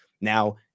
Now